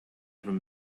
from